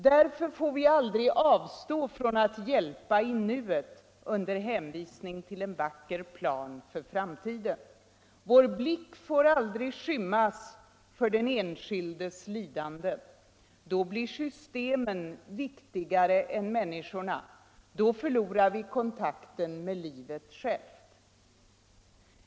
Därför får vi aldrig avstå från att hjälpa i nuet under hänvisning till en vacker plan för framtiden. Vår blick får aldrig skymmas för enskildas lidanden. Då blir systemen viktigare än människorna. Då förlorar vi kontakten med livet självt.